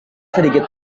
sedikit